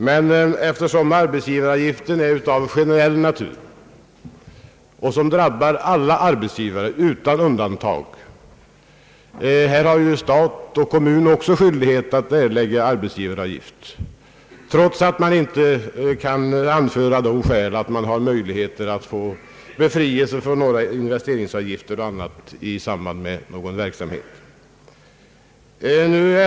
Men arbetsgivaravgiften är av generell natur och drabbar alla arbetsgivare utan undantag. Stat och kommun har ju också skyldighet att erlägga arbetsgivaravgift, trots att man för deras del inte kan anföra det skälet att de har möjlighet att få skattekompensation genom befrielse från investeringsavgifter och annat i samband med sin verksamhet.